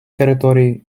території